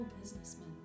businessman